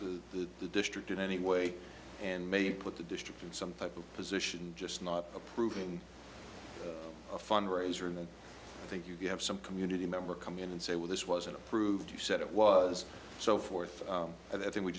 the district in any way and may put the district in some position just not approving a fund raiser and i think you have some community member come in and say well this wasn't approved you said it was so forth i think we